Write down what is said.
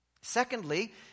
Secondly